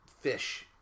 fish